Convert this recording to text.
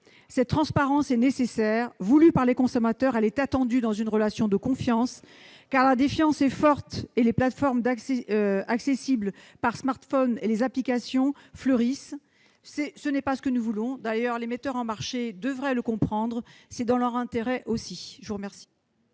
Cette transparence est nécessaire et voulue par les consommateurs ; elle est attendue dans une relation de confiance, car la défiance est forte et les plateformes accessibles sur smartphone comme les applications fleurissent, ce qui n'est pas ce que nous voulons. Les metteurs sur le marché devraient le comprendre, d'autant que c'est aussi dans leur